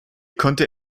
konnte